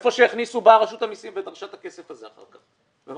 היכן שהכניסו באה רשות המיסים ודרשה את הכסף הזה אחר כך.